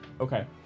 Okay